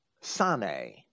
Sane